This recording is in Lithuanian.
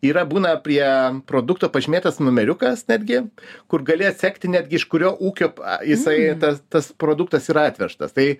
yra būna prie produkto pažymėtas numeriukas netgi kur gali atsekti netgi iš kurio ūkio jisai tas tas produktas yra atvežtas tai